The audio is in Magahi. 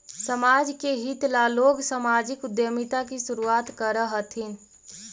समाज के हित ला लोग सामाजिक उद्यमिता की शुरुआत करअ हथीन